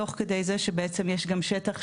תוך כדי זה שבעצם יש גם שטח.